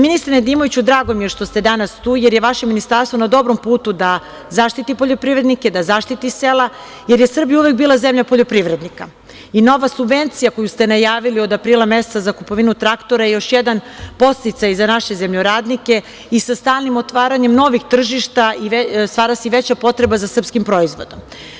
Ministre Nedimoviću, drago mi je što se danas tu jer je vaše ministarstvo na dobrom putu da zaštiti poljoprivrednike, da zaštiti sela jer je Srbija uvek bila zemlja poljoprivrednika i nova subvencija koju ste najavili od aprila meseca za kupovinu traktora je još jedan podsticaj za naše zemljoradnike i sa stalnim otvaranjem novih tržišta stvara se i veća potreba za srpskim proizvodom.